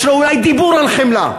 יש לו אולי דיבור על חמלה,